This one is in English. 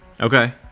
Okay